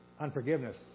unforgiveness